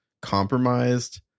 compromised